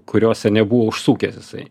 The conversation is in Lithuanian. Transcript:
kuriose nebuvo užsukęs jisai